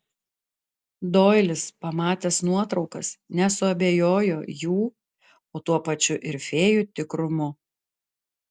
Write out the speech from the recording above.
doilis pamatęs nuotraukas nesuabejojo jų o tuo pačiu ir fėjų tikrumu